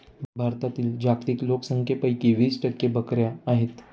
भारतातील जागतिक लोकसंख्येपैकी वीस टक्के बकऱ्या आहेत